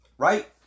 Right